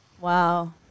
Wow